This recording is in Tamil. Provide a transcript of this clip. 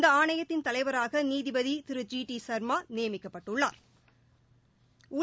இந்த ஆணையத்தின் தலைவராக நீதிபதி திரு ஜி டி சா்மா நியமிக்கப்பட்டுள்ளாா்